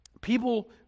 people